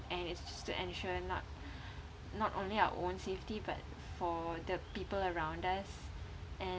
and it's just to ensure not not only our own safety but for the people around us and